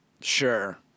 sure